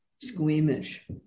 squeamish